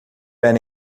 era